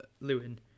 Lewin